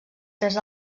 tres